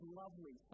lovely